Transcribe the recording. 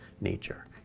nature